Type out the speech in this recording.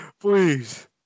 Please